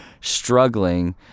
struggling